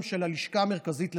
הם של הלשכה המרכזית לסטטיסטיקה.